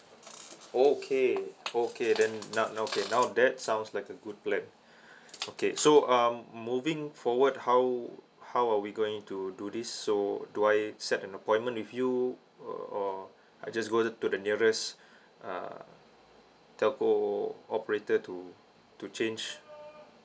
okay okay then now now okay now that sounds like a good plan okay so um moving forward how how are we going to do this so do I set an appointment with you or I just go to the nearest uh telco operator to to change